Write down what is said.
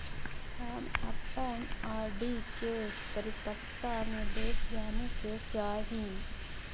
हम अपन आर.डी के परिपक्वता निर्देश जाने के चाह ही